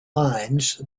lines